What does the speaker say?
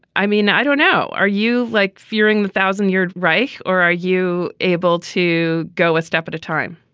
i mean, i don't know. are you like fearing the thousand year reich or are you able to go a step at a time?